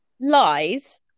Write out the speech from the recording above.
Lies